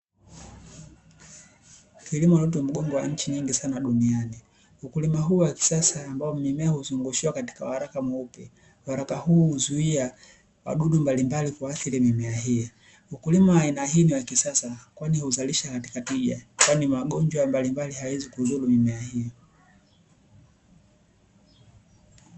Kilimo ni uti wa mgongo wa nchi nyingi sana duniani. Ukulima huu wa kisasa ambao miti huzungushiwa katika waraka mweupe. Waraka huu huzuia wadudu mbalimbali kuathiri mimea hiyo. Ukulima wa aina hii ni wa kisasa, kwani huzalisha katika tija, kwani magonjwa mbalimbali hayawezi kudhuru mimea hiyo.